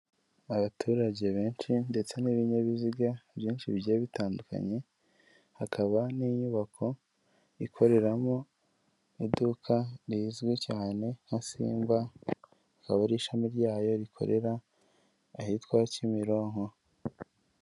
Abaturage benshi ndetse n'ibinyabiziga byinshi bigiye bitandukanye, hakaba n'inyubako ikoreramo iduka rizwi cyane nka simba, akaba ari ishami ryayo rikorera ahitwa Kimironko.